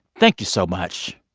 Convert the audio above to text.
thank you so much.